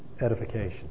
edification